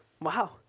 Wow